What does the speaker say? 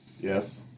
Yes